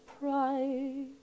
pride